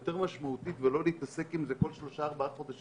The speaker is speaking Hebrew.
יותר משמעותית ולא להתעסק עם זה כל שלושה-ארבעה חודשים.